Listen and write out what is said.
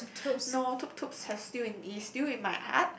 no Tuptup have still it's still in my heart